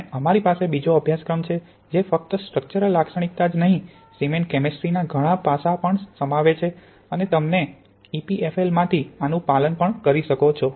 અને અમારી પાસે બીજો અભ્યાસક્રમ છે જે ફક્ત સ્ટ્રકચરલ લાક્ષણિકતા જ નહીં સિમેન્ટ કેમેસ્ટ્રી ના ઘણાં પાસાં પણ સમાવે છે અને તમને ઇપીએફએલ માથી આનું પાલન પણ કરી શકો છો